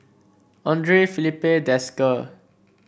Andre Filipe Desker